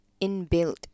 inbuilt